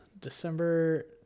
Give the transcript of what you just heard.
December